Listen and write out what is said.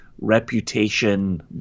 reputation